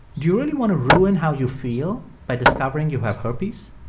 do you really want to ruin how you feel by discovering you have herpes?